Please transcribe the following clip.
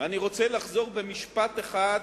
אני רוצה לחזור במשפט אחד,